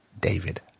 David